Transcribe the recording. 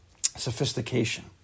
Sophistication